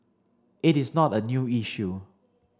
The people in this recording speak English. it is not a new issue